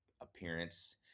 appearance